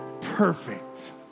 perfect